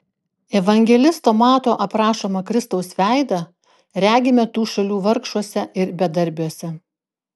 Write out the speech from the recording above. evangelisto mato aprašomą kristaus veidą regime tų šalių vargšuose ir bedarbiuose